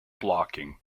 blocking